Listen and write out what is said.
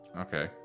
Okay